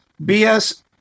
BS